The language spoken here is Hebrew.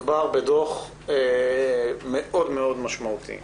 מדובר בדוח משמעותי מאוד,